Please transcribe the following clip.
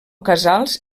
casals